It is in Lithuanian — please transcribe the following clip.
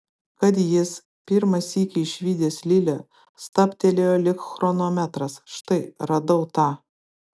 kad jis pirmą sykį išvydęs lilę stabtelėjo lyg chronometras štai radau tą